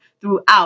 throughout